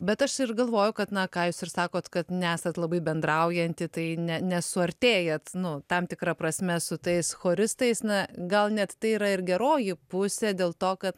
bet aš ir galvoju kad na ką jūs ir sakot kad nesat labai bendraujanti tai ne nesuartėjat nu tam tikra prasme su tais choristais na gal net tai yra ir geroji pusė dėl to kad